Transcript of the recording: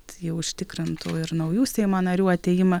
tai užtikrintų ir naujų seimo narių atėjimą